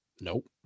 Nope